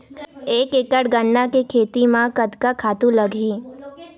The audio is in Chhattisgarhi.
एक एकड़ गन्ना के खेती म कतका खातु लगही?